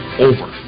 over